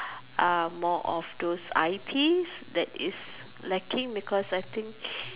are more of those I_Ts that is lacking because I think